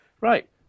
right